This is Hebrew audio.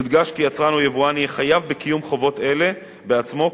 יודגש כי יצרן או יבואן יהיה חייב בקיום חובות אלה בעצמו,